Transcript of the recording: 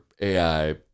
AI